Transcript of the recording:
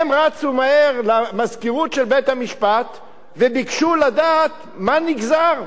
הם רצו מהר למזכירות של בית-המשפט וביקשו לדעת מה נגזר,